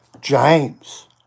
James